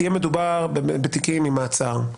בתיקים ממעצר.